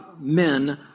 men